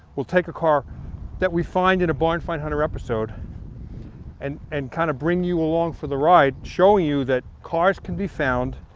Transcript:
we'll take a car that we find in a barn find hunter episode and kinda and kind of bring you along for the ride, showing you that cars can be found,